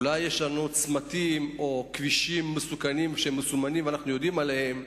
אולי יש לנו צמתים או כבישים מסוכנים שמסומנים ואנחנו יודעים עליהם.